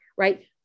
Right